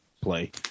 play